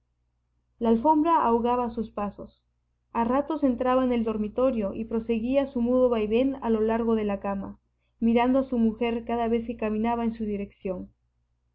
la alfombra ahogaba sus pasos a ratos entraba en el dormitorio y proseguía su mudo vaivén a lo largo de la cama mirando a su mujer cada vez que caminaba en su dirección